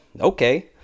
okay